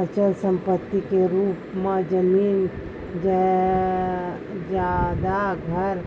अचल संपत्ति के रुप म जमीन जघाए घर